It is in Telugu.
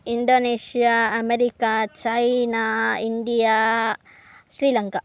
Indonesia America China India Sri Lanka